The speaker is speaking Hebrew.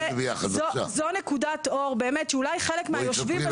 בואו נלמד את זה ביחד, בבקשה.